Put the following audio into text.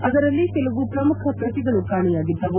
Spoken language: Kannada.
ಅದರಲ್ಲಿ ಕೆಲವು ಪ್ರಮುಖ ಪ್ರತಿಗಳು ಕಾಣೆಯಾಗಿದ್ದವು